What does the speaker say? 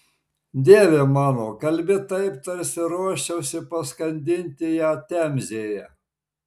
dieve mano kalbi taip tarsi ruoščiausi paskandinti ją temzėje